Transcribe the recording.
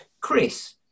Chris